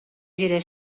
gira